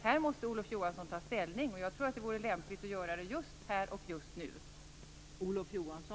Härvidlag måste Olof Johansson ta ställning, och jag tror att det vore lämpligt att göra det just här och just nu.